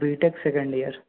B tech second year